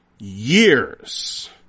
Years